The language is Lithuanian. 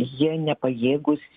jie nepajėgūs